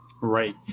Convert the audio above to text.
Right